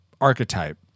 archetype